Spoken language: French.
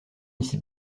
ici